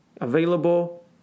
available